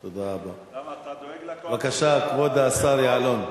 אתה דואג לקואליציה, בבקשה, כבוד השר יעלון.